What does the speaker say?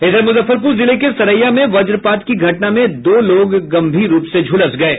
इधर मुजफ्फरपुर जिले के सरैया में वज्रपात की घटना में दो लोग गंभीर रूप से झलस गये